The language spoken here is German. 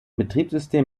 betriebssystem